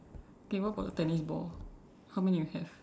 K what about the tennis ball how many you have